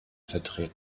vertreten